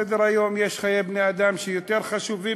על סדר-היום יש חיי בני-אדם שיותר חשובים